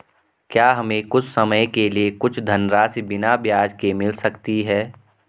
क्या हमें कुछ समय के लिए कुछ धनराशि बिना ब्याज के मिल सकती है?